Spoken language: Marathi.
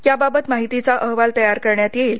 यावावत माहितीचा अहवाल तयार करण्यात येईल